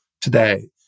today